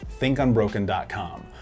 thinkunbroken.com